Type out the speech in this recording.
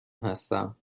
هستم